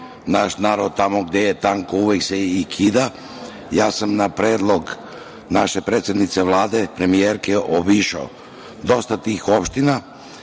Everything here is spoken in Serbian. naš narod – tamo gde je tanko uvek se i kidam, ja sam na predlog naše predsednice Vlade, premijerke obišao dosta tih opština. Utvrdili